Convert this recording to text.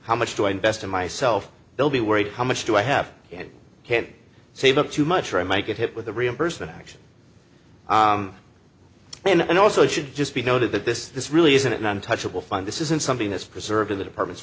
how much do i invest in myself they'll be worried how much do i have and can't save up too much or i might get hit with a reimbursement action and also should just be noted that this this really isn't an untouchable fund this isn't something that's preserved in the department